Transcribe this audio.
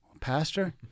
pastor